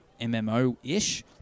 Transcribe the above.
MMO-ish